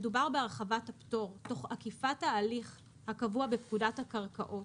מדובר בהרחבת הפטור תוך עקיפת ההליך הקבוע בפקודת הקרקעות